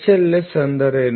S ಎಂದರೇನು